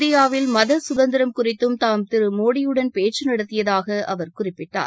இந்தியாவில் மத சுதந்திரம் குறித்தும் தாம் திரு மோடியுடன் பேச்சு நடத்தியதாக அவர் குறிப்பிட்டார்